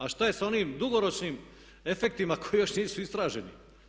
A šta je sa onim dugoročnim efektima koji još nisu istraženi?